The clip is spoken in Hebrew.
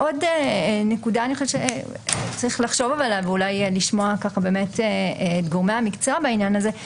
עוד נקודה שצריך לחשוב ואולי לשמוע את גורמי המקצוע בעניין הזה.